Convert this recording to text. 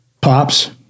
Pops